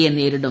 യെ നേരിടും